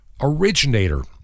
originator